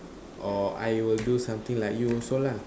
or I will do something like you also lah